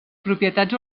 propietats